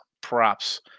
props